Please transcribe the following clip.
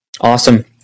Awesome